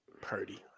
Purdy